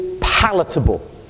palatable